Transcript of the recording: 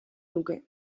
nuke